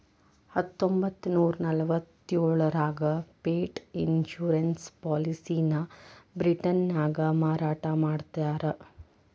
ಹತ್ತೊಂಬತ್ತನೂರ ನಲವತ್ತ್ಯೋಳರಾಗ pet insurance ಪಾಲಿಸಿಯನ್ನ ಬ್ರಿಟನ್ನ್ಯಾಗ ಮಾರಾಟ ಮಾಡ್ಯಾರ